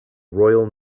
royal